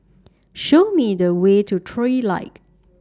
Show Me The Way to Trilight